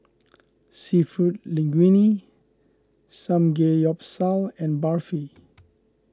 Seafood Linguine Samgeyopsal and Barfi